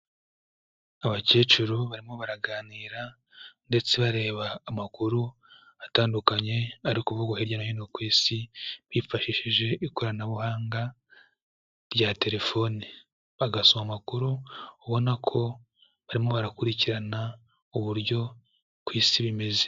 Abakecuru barimo baraganira ndetse bareba amakuru atandukanye ari kuvugwa hirya hino ku isi, bifashishije ikoranabuhanga rya telefone. Bagasoma amakuru, ubona ko barimo barakurikirana uburyo ku Isi bimeze.